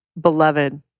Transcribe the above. beloved